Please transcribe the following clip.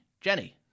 Jenny